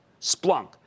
Splunk